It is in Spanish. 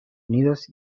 unidos